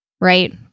right